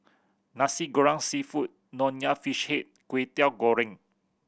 Nasi Goreng Seafood Nonya Fish Head and Kwetiau Goreng